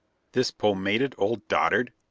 this pomaded old dotard!